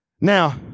Now